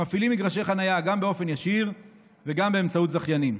המפעילים מגרשי חניה גם באופן ישיר וגם באמצעות זכיינים.